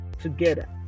together